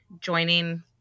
joining